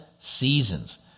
seasons